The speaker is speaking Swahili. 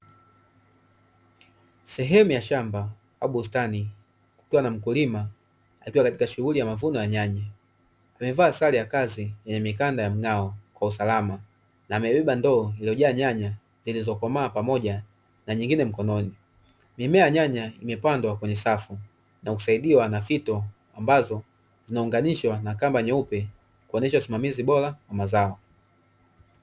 Sehemu ya shamba au bustani kukiwa na mkulima akiwa katika shughuli ya mavuno ya nyanya. Amevaa sare ya kazi, yenye mikanda ya mng'ao kwa usalama na amebeba ndoo iliyojaa nyanya zilizokomaa pamoja na nyingine mkononi. Mimea ya nyanya imepandwa kwenye safu, na kusaidiwa na fito ambazo zinaunganishwa na kamba nyeupe kuonesha usimamizi bora wa mazao.